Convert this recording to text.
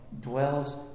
dwells